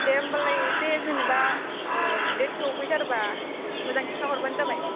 दे होमब्लालाय एसे जेनेबा डेट सौफैथारब्ला मोजां खिथा हरब्लानो जाबाय